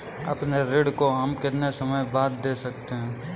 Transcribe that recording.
अपने ऋण को हम कितने समय बाद दे सकते हैं?